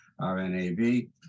RNAV